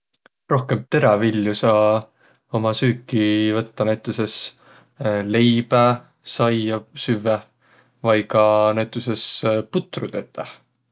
Rohkõmb teräviljo saa umma süüki võttaq näütüses leibä, saia süvväq, vai ka näütüses putru tetäq.